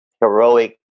heroic